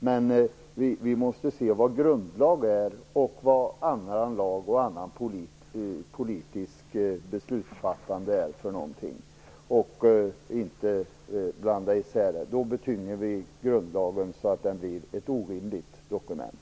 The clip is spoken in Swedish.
Men vi måste se vad grundlag är och vad annan lag och annat politiskt beslutsfattande är. Vi får inte blanda ihop dessa saker. Då blir grundlagen ett orimligt dokument.